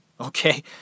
Okay